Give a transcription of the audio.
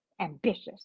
ambitious